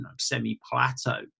semi-plateau